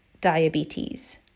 diabetes